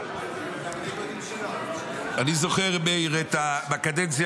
אני זוכר, מאיר, בקדנציה